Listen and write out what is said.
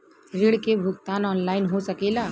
ऋण के भुगतान ऑनलाइन हो सकेला?